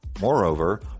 Moreover